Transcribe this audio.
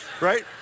right